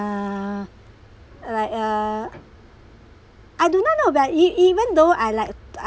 uh like uh I do not know about it even though I like